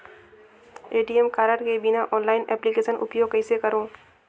ATM card के बिना online application उपयोग कइसे करो?